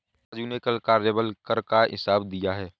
राजू ने कल कार्यबल कर का हिसाब दिया है